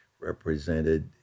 represented